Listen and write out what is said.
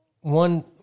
One